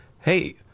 hey